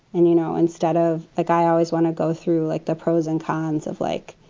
and, you know, instead of like i always want to go through, like the pros and cons of like,